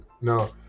no